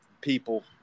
people